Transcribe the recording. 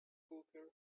cooker